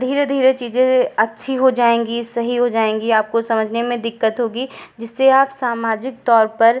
धीरे धीरे चीज़ें अच्छी हो जाएँगी सही हो जाएँगी आपको समझने में दिक्कत होगी जिससे आप सामाजिक तौर पर